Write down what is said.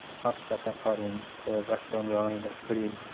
talks about that part in rough stone rolling, that's pretty